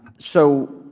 so,